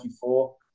four